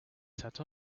sat